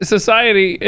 Society